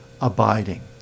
abiding